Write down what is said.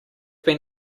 been